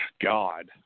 God